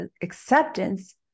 acceptance